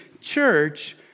church